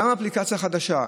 גם אפליקציה חדשה,